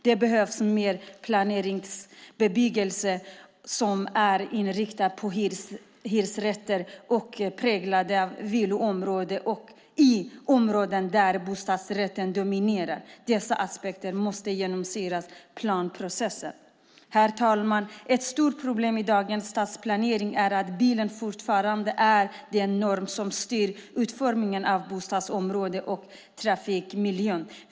Det behövs mer kompletteringsbebyggelse som är inriktad på hyresrätter i utpräglade villaområden och i områden där bostadsrätterna dominerar. Dessa aspekter måste genomsyra planprocessen. Herr talman! Ett stort problem i dagens stadsplanering är att bilen fortfarande är den norm som styr utformningen av bostadsområden och trafikmiljön.